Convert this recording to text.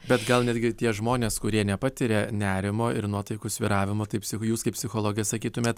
bet gal netgi tie žmonės kurie nepatiria nerimo ir nuotaikų svyravimo taip sakau jūs kaip psichologė sakytumėt